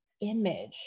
image